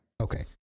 Okay